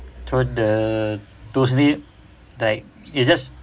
throw the like it's just